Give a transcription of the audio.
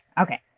Okay